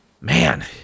Man